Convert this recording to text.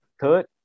third